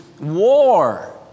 war